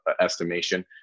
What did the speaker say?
estimation